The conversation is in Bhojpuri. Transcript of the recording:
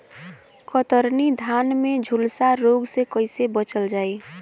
कतरनी धान में झुलसा रोग से कइसे बचल जाई?